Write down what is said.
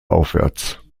aufwärts